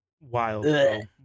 wild